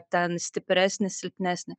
ten stipresnį silpnesnį